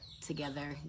together